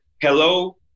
hello